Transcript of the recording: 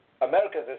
America's